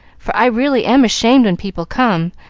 for i really am ashamed when people come,